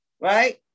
right